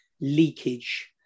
leakage